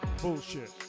bullshit